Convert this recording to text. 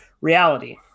reality